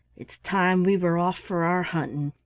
it's time we were off for our hunting.